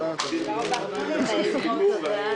נמנעים, אין